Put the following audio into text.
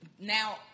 now